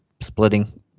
splitting